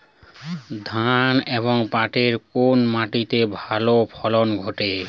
ধান এবং পাটের কোন মাটি তে ভালো ফলন ঘটে?